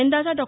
यंदाचा डॉ